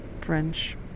French